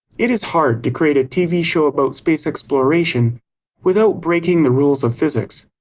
it is hard to create a tv show about space exploration without breaking the rules of physics.